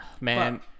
Man